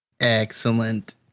Excellent